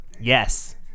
Yes